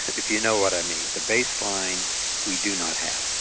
if you know what i mean. the baseline we do not have.